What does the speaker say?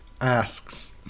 asks